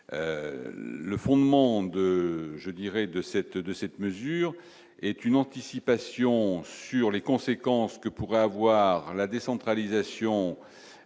de cette, de cette mesure est une anticipation sur les conséquences que pourrait avoir la décentralisation de de